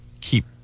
keep